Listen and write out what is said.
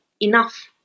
enough